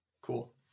Cool